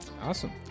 Awesome